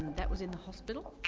that was in the hospital?